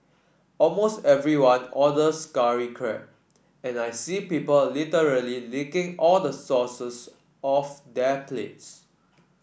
almost everyone orders curry crab and I see people literally licking all the off their plates